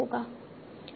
t 0 क्या होगा